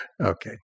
Okay